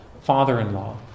father-in-law